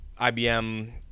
IBM